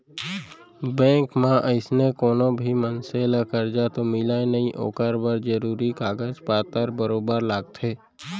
bank म अइसने कोनो भी मनसे ल करजा तो मिलय नई ओकर बर जरूरी कागज पातर बरोबर लागथे